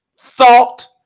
thought